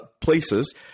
places